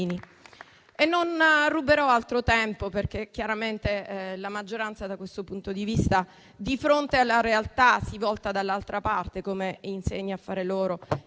Non ruberò altro tempo, perché la maggioranza, da questo punto di vista, di fronte alla realtà si volta dall'altra parte, come insegna a fare loro